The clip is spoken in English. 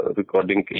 recording